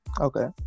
Okay